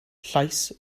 llais